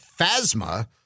Phasma